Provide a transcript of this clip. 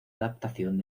adaptación